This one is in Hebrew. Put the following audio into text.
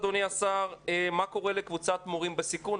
אדוני השר, מה קורה לקבוצת מורים בסיכון?